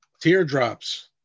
Teardrops